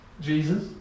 Jesus